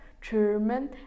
German